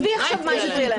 עזבי עכשיו מה הפריע להם,